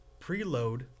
preload